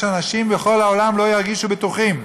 שאנשים בכל העולם לא ירגישו בטוחים,